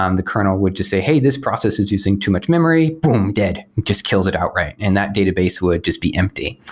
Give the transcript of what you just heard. um the kernel would just say, hey, this process is using too much memory. boom! dead. it just kills it outright, and that database would just be empty.